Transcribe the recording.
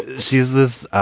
she is this.